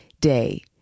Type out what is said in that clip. day